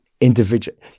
individual